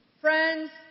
Friends